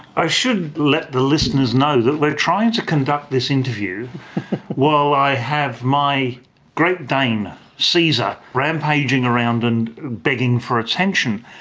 i should let the listeners know that we are trying to conduct this interview while i have my great dane, caesar, rampaging around and begging for attention,